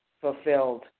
fulfilled